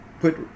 put